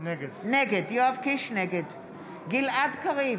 נגד גלעד קריב,